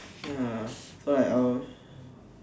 ya so I I will